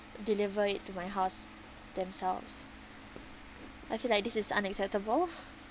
deliver it to my house themselves I feel like this is unacceptable